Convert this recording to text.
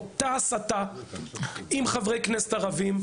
אותה הסתה עם חברי כנסת ערבים,